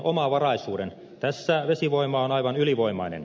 tässä vesivoima on aivan ylivoimainen